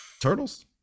turtles